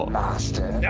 master